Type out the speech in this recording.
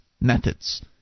methods